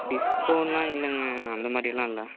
discount எல்லாம் இல்லைங்க அந்த மாதிரிலாம் இல்லை